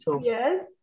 Yes